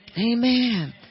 Amen